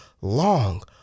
long